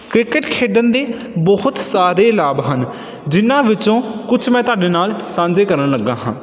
cricket ਖੇਡਣ ਦੇ ਬਹੁਤ ਸਾਰੇ ਲਾਭ ਹਨ ਜਿਹਨਾਂ ਵਿੱਚੋਂ ਕੁਛ ਮੈਂ ਤੁਹਾਡੇ ਨਾਲ ਸਾਂਝੇ ਕਰਨ ਲੱਗਾ ਹਾਂ